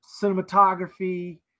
cinematography